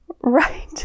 Right